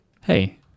Hey